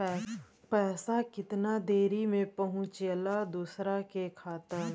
पैसा कितना देरी मे पहुंचयला दोसरा के खाता मे?